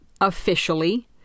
officially